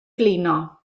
blino